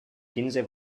quinze